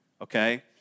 okay